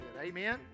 Amen